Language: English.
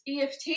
EFT